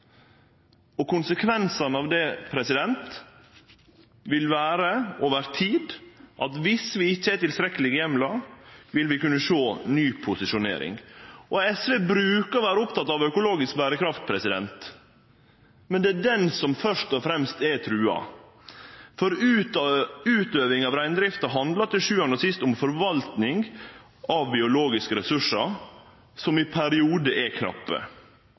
Konsekvensane av det vil vere – over tid – at viss vi ikkje har tilstrekkelege heimlar, vil vi kunne sjå ny posisjonering. SV brukar å vere opptekne av økologisk berekraft, men det er den som først og fremst er trua, for utøvinga av reindrifta handlar til sjuande og sist om forvaltning av biologiske ressursar som i periodar er knappe.